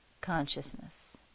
consciousness